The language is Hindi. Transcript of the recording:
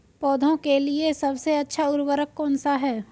पौधों के लिए सबसे अच्छा उर्वरक कौनसा हैं?